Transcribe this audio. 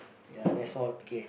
ya that's all K